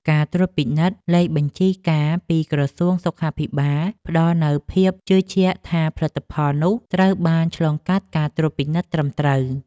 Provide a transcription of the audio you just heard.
ការត្រួតពិនិត្យលេខបញ្ជីកាពីក្រសួងសុខាភិបាលផ្តល់នូវភាពជឿជាក់ថាផលិតផលនោះត្រូវបានឆ្លងកាត់ការត្រួតពិនិត្យត្រឹមត្រូវ។